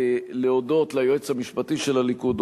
להודות ליועץ המשפטי של הליכוד,